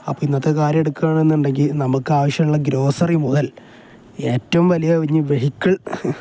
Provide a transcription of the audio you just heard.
അപ്പം ഇന്നത്തെ കാര്യം എടുക്കുകയാണെന്നുണ്ടെങ്കിൽ നമുക്ക് ആവശ്യമുള്ള ഗ്രോസറി മുതൽ ഏറ്റവും വലിയ ഇനി വെഹിക്കിൾ